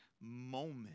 moment